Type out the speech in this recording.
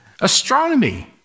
astronomy